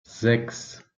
sechs